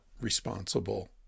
responsible